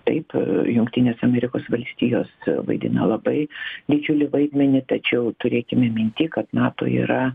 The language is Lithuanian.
taip jungtinės amerikos valstijos vaidina labai didžiulį vaidmenį tačiau turėkime minty kad nato yra